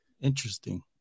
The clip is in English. Interesting